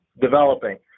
developing